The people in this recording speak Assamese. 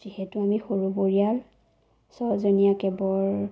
যিহেটো আমি সৰু পৰিয়াল ছয়জনীয়া কেবৰ